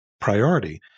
priority